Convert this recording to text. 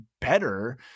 better